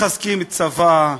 מחזקים צבא,